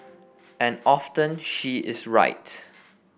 and often she is right